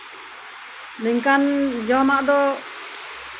ᱱᱚᱝᱠᱟᱱ ᱡᱚᱢᱟᱜ ᱫᱚ